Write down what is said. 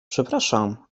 przepraszam